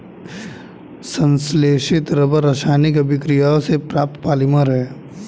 संश्लेषित रबर रासायनिक अभिक्रियाओं से प्राप्त पॉलिमर है